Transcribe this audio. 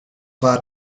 war